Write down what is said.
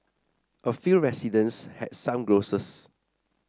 a few residents had some grouses